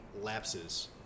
lapses